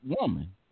woman